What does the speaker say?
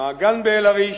המעגן באל-עריש,